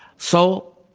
so,